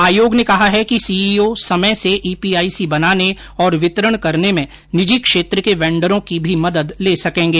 आयोग ने कहा है कि सीईओ समय से ईपीआईसी बनाने और वितरण करने में निजी क्षेत्र के वेंडरों की भी मदद ले सकेंगे